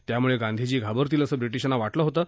त्यामुळे गांधीजी घाबरतील असं ब्रिटिशांना वाटलं होतं